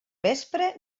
vespre